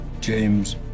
James